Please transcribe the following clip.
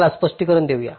चला स्पष्टीकरण देऊया